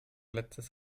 letztes